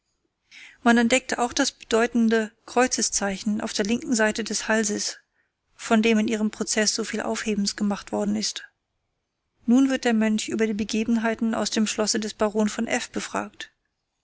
man entdeckte auch das bedeutende kreuzeszeichen an der linken seite des halses von dem in ihrem prozeß so viel aufhebens gemacht worden ist nun wird der mönch über die begebenheiten aus dem schlosse des barons von f befragt